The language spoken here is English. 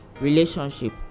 relationship